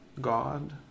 God